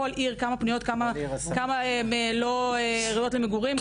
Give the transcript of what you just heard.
בכל עיר כמה פנויות כמה לא ראויות למגורים,